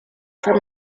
for